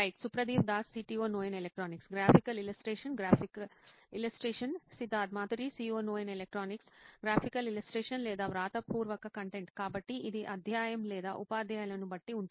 సుప్రతీవ్ Das CTO నోయిన్ electronics graphical illustration Siddharth Maturi CEO నోయిన్ electronics graphical illustration లేదా వ్రాతపూర్వక కంటెంట్ కాబట్టి ఇది అధ్యాయం లేదా ఉపాధ్యాయులను బట్టి ఉంటుంది